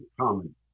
common